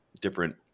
different